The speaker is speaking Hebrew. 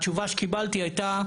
התשובה שקיבלתי הייתה: